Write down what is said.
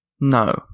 No